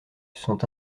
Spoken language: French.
sont